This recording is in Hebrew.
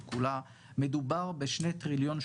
למשל,